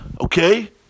okay